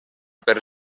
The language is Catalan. per